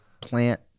plant